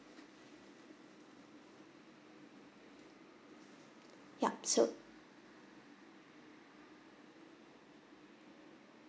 yup so